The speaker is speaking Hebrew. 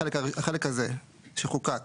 החלק הזה שחוקק